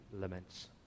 laments